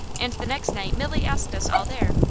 and the next night milly asked us all there,